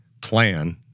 plan